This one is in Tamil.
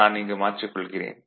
நான் இங்கு மாற்றிக் கொள்கிறேன்